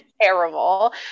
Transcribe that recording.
terrible